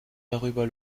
darüber